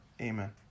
Amen